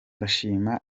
ndashima